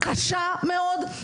קשה מאוד,